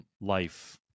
life